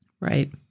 Right